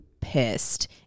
pissed